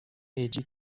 هجی